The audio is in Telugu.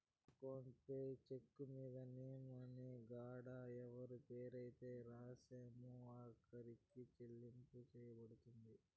అకౌంట్ పేయీ చెక్కు మీద నేమ్ అనే కాడ ఎవరి పేరైతే రాస్తామో ఆరికే సెల్లింపు సెయ్యబడతది